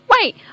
Wait